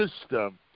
system